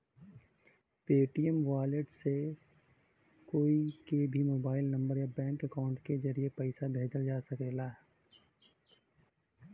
Paytm wallet से कोई के भी मोबाइल नंबर या बैंक अकाउंट के जरिए पइसा भेजल जा सकला